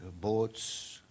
boats